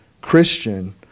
Christian